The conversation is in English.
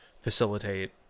facilitate